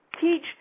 teach